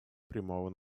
прямого